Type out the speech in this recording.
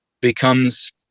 becomes